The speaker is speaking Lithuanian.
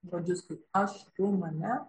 žodžius kaip aš tu mane